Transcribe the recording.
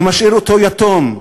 הוא משאיר אותו יתום,